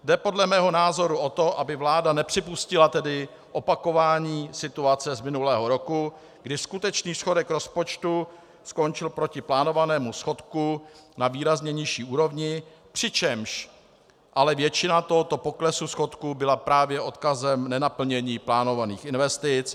Jde podle mého názoru o to, aby vláda nepřipustila opakování situace z minulého roku, kdy skutečný schodek rozpočtu skončil proti plánovanému schodku na výrazně nižší úrovni, přičemž ale většina tohoto poklesu schodku byla právě odkazem nenaplnění plánovaných investic.